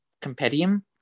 compendium